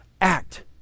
act